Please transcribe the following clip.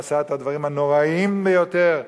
עשה את הדברים הנוראים ביותר לבני-האדם.